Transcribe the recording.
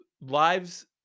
lives